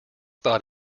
thought